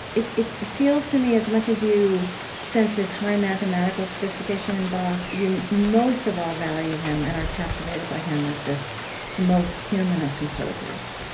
it it feels to me, as much as you sense this high mathematical sophistication in bach, you most of all value him and are captivated by him as this most human of composers.